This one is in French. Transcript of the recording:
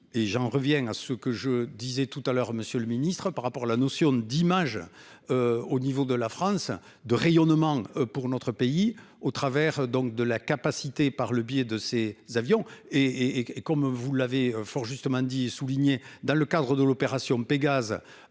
et j'en reviens à ce que je disais tout à l'heure Monsieur le Ministre, par rapport à la notion d'image. Au niveau de la France de rayonnement pour notre pays au travers donc de la capacité, par le biais de ses avions et et comme vous l'avez fort justement dit souligné dans le cadre de l'opération Pégase